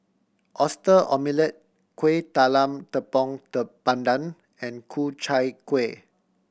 Oyster Omelette Kuih Talam tepong pandan and Ku Chai Kueh